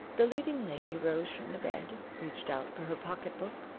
the leading lady rose from the bed, reached out for her pocket-book,